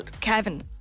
Kevin